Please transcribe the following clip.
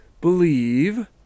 believe